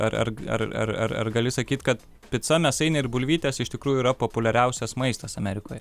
ar ar ar ar ar gali sakyt kad pica mėsainiai ir bulvytės iš tikrųjų yra populiariausias maistas amerikoj